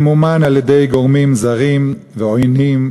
ממומן על-ידי גורמים זרים ועוינים,